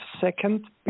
second